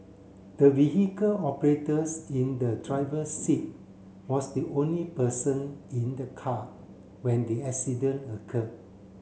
the vehicle operators in the driver's seat was the only person in the car when the accident occurred